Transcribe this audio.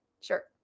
Sure